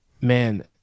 man